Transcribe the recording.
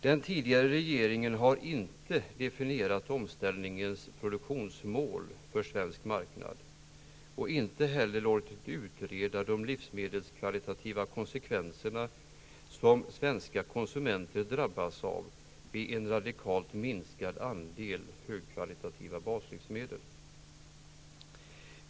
Den tidigare regeringen har inte definierat omställningens produktionsmål för svensk marknad och inte heller låtit utreda de livsmedelskvalitativa konsekvenserna som svenska konsumenter drabbas av vid en radikalt minskad andel högkvalitativa baslivsmedel.